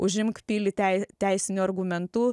užimk pilį tei teisiniu argumentu